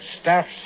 Staff